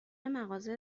مغازه